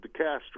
DeCastro